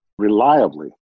reliably